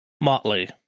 Motley